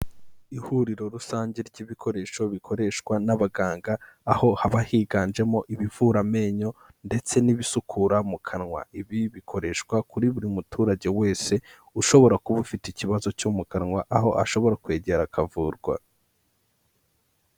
Ihuriro rusange ry'ibikoresho bikoreshwa n'abaganga, aho haba higanjemo ibivura amenyo ndetse n'ibisukura mu kanwa, ibi bikoreshwa kuri buri muturage wese ushobora kuba ufite ikibazo cyo mu kanwa, aho ashobora kwegera akavurwa.